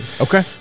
Okay